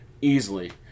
Easily